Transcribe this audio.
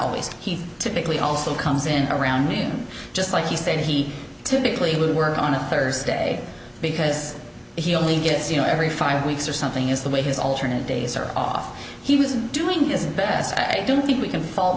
always he typically also comes in around noon just like he said he typically would work on a thursday because he only gets you know every five weeks or something is the way his alternate days are off he was doing his best i don't think we can